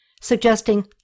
suggesting